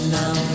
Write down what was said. now